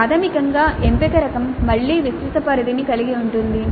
ప్రాథమికంగా ఎంపిక రకం మళ్ళీ విస్తృత పరిధిని కలిగి ఉంటుంది